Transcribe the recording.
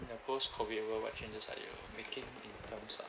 in a post COVID world what changes are you making in terms of